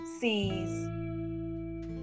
sees